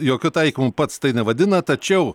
jokiu taikymu pats tai nevadina tačiau